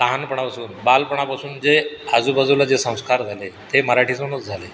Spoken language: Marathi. लहानपणापासून बालपणापासून जे आजूबाजूला जे संस्कार झाले ते मराठीतूनच झाले